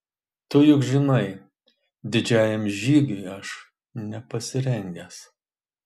tu juk žinai didžiajam žygiui aš nepasirengęs